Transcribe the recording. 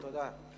תודה.